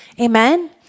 Amen